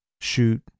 shoot